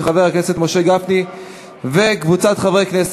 של חבר הכנסת משה גפני וקבוצת חברי הכנסת.